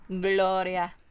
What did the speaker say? Gloria